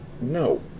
No